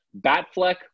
Batfleck